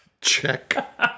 Check